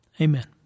Amen